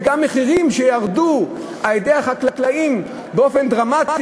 שמחירים שהחקלאים הורידו באופן דרמטי,